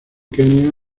kenia